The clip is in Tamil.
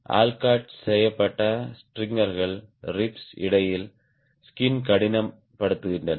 அல்காட் செய்யப்பட்ட ஸ்ட்ரிங்கர்கள் ரிப்ஸ் இடையில் ஸ்கின் கடினப்படுத்துகின்றன